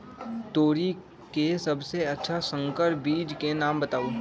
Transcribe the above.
तोरी के सबसे अच्छा संकर बीज के नाम बताऊ?